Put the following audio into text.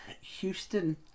Houston